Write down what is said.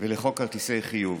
ולחוק כרטיסי חיוב.